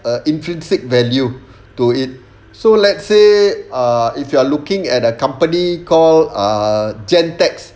a intrinsic value to it so let's say ah if you are looking at a company call err jentech